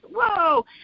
whoa